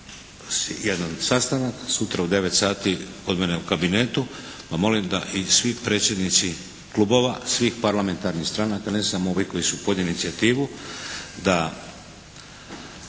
jedan sastanak sutra u devet sati kod mene u kabinetu, pa molim da i svi predsjednici klubova, svih parlamentarnih stranaka ne samo ovi koji su podnijeli inicijativu da